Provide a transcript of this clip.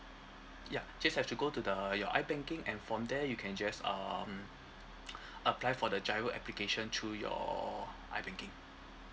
yup just have to go to the your I banking and from there you can just um apply for the GIRO application through your I banking